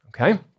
okay